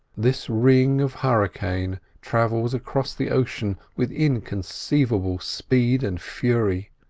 this ring of hurricane travels across the ocean with inconceivable speed and fury,